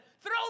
throw